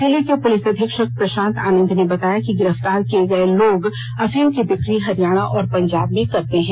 जिले के पुलिस अधीक्षक प्रशांत आनंद ने बताया कि गिरफ्तार किये गये लोग अफीम की बिकी हरियाणा और पंजाब में करते हैं